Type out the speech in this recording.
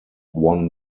won